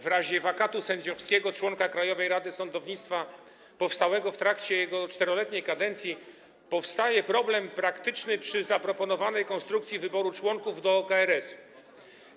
W razie wakatu sędziowskiego na stanowisku członka Krajowej Rady Sądownictwa powstałego w trakcie 4-letniej kadencji powstaje problem praktyczny przy zaproponowanej konstrukcji wyboru członków do KRS-u.